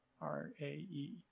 r-a-e